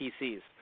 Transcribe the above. PCs